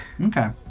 Okay